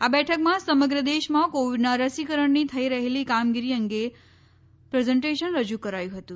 આ બેઠકમાં સમગ્ર દેશમાં કોવિડના રસીકરણની થઈ રહેલી કામગીરી અંગે પ્રેઝેન્ટેશન રજૂ કરાયું હતું